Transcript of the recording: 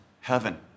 heaven